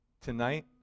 tonight